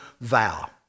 vow